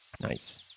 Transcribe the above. nice